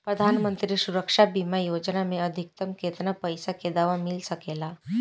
प्रधानमंत्री सुरक्षा बीमा योजना मे अधिक्तम केतना पइसा के दवा मिल सके ला?